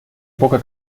poca